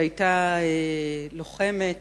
שהיתה לוחמת,